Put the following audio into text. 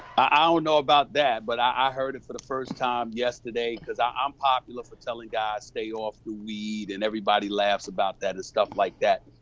i don't know about that, but i heard it for the first time yesterday, cause i'm um popular for telling guys, stay off the weed, and everybody laughs about that and stuff like that.